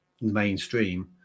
mainstream